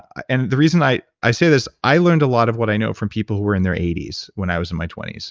and the reason i i say this, i learned a lot of what i know from people who were in their eighty s when i was in my twenty s,